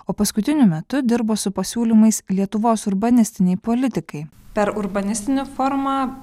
o paskutiniu metu dirbo su pasiūlymais lietuvos urbanistinei politikai per urbanistinę formą